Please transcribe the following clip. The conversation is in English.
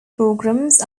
programmes